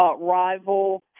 rival